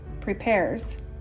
prepares